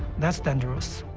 that's dangerous.